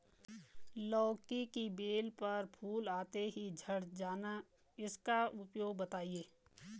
लौकी की बेल पर फूल आते ही झड़ जाना इसका उपाय बताएं?